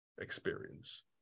experience